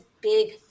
big